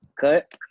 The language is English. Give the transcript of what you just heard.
cut